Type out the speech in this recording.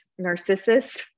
narcissist